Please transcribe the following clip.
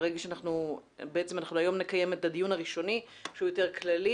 אנחנו היום נקיים את הדיון הראשוני שהוא יותר כללי